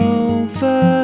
over